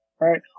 Right